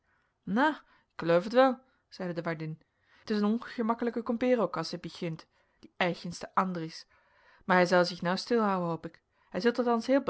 nou ik eloof het wel zeide de waardin t is een ongemakkelijke kompeer ook as hij begint die eigenste andries maar hij zel zich nou stil houen hoop ik hij zit